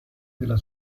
della